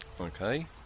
Okay